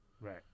right